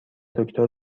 دکتر